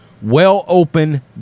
Well-open